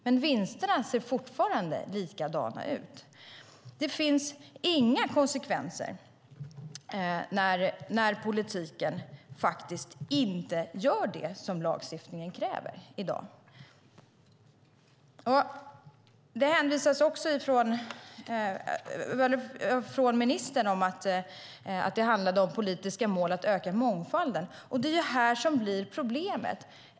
Men vinsterna ser fortfarande likadana ut. Det finns inga konsekvenser när politiken inte gör det som lagstiftningen kräver i dag. Ministern hänvisade också till att det handlade om politiska mål att öka mångfalden, och det är här det blir problem.